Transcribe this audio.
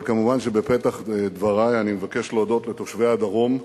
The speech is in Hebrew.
אבל מובן שבפתח דברי אני מבקש להודות לתושבי הדרום,